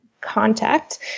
Contact